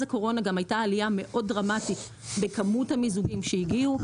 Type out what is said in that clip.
הקורונה גם הייתה עלייה מאוד דרמטית בכמות המיזוגים שהגיעו.